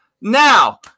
Now